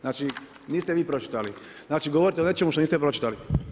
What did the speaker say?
Znači niste vi pročitali, znači govorite o nečemu što niste pročitali.